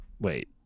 wait